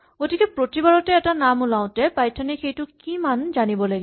গতিকে প্ৰতিবাৰতে এটা নাম ওলাওঁতে পাইথন এ সেইটো কি মান জানিব লাগিব